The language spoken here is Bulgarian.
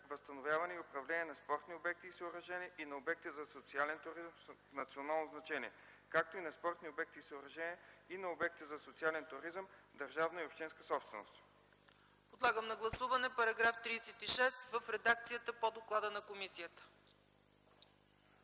възстановяване и управление на спортни обекти и съоръжения и на обекти за социален туризъм с национално значение, както и на спортни обекти и съоръжения и на обекти за социален туризъм – държавна и общинска собственост;” ПРЕДСЕДАТЕЛ ЦЕЦКА ЦАЧЕВА: Моля, гласувайте § 36 в редакцията по доклада на комисията.